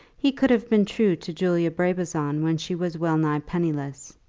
he could have been true to julia brabazon when she was well-nigh penniless.